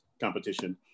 competition